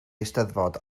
eisteddfod